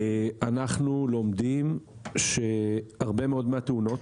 אנחנו לומדים שהרבה מאוד מהתאונות,